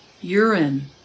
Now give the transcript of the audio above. Urine